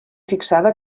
fixada